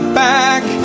back